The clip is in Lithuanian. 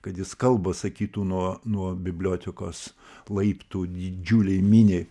kad jis kalbą sakytų nuo nuo bibliotekos laiptų didžiulei miniai